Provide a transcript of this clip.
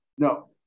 No